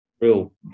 real